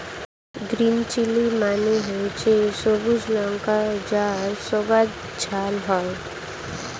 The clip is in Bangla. গ্রিন চিলি মানে হচ্ছে সবুজ লঙ্কা যার স্বাদ ঝাল হয়